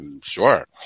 Sure